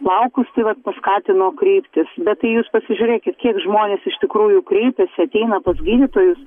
plaukus tai vat paskatino kreiptis bet tai jūs pasižiūrėkit kiek žmonės iš tikrųjų kreipiasi ateina pas gydytojus